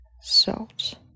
salt